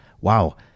wow